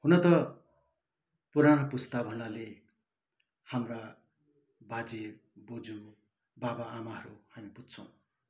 हुन त पुरानु पुस्ता भन्नाले हाम्रा बाजेबोजू बाबाआमाहरू हामी बुझ्छौँ